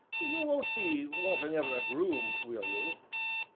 you won't be wanting ever a groom, will you?